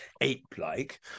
ape-like